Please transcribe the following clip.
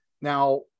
Now